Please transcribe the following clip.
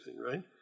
right